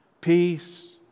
Peace